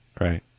Right